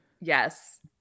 Yes